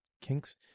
kinks